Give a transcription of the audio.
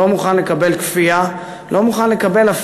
לא מוכן לקבל כפייה,